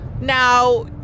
now